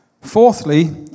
Fourthly